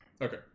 Okay